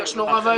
ממש נורא ואיום.